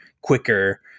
quicker